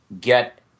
get